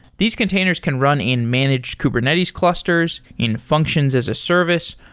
these containers can run in managed kubernetes clusters, in functions as a service,